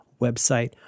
website